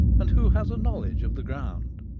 and who has a knowledge of the ground.